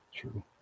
True